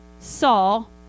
Saul